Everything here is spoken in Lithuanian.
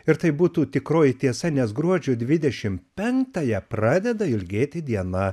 ir tai būtų tikroji tiesa nes gruodžio dvidešim penktąją pradeda ilgėti diena